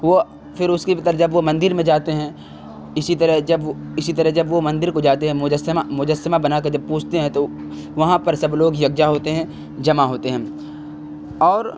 وہ پھر اس کے جب وہ مندر میں جاتے ہیں اسی طرح جب اسی طرح جب وہ مندر کو جاتے ہیں مجسمہ مجسمہ بنا کے جب پوچھتے ہیں تو وہاں پر سب لوگ یکجا ہوتے ہیں جمع ہوتے ہیں اور